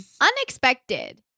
Unexpected